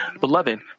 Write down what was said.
Beloved